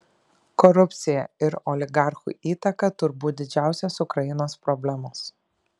korupcija ir oligarchų įtaka turbūt didžiausios ukrainos problemos